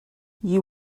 you